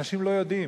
אנשים לא יודעים.